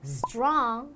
strong